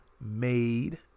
made